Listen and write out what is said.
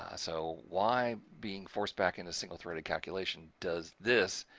ah so why being forced back into single threaded calculation does this?